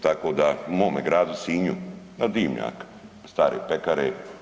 Tako da u mome Gradu Sinju na dimnjak stare pekare.